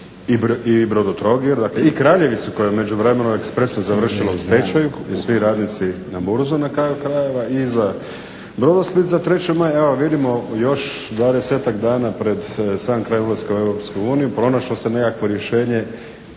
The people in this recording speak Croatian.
i Brodotrogir i Kraljevicu koja je u međuvremenu ekspresno završila u stečaju i svi radnici na Burzi na kraju krajeva i za Brodosplit za 3. maj evo vidimo još 20-ak dana pred sam kraj ulaska u EU pronašlo se nekakvo rješenje